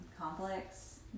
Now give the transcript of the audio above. complex